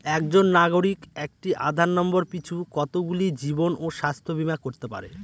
একজন নাগরিক একটি আধার নম্বর পিছু কতগুলি জীবন ও স্বাস্থ্য বীমা করতে পারে?